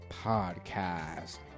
podcast